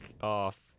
off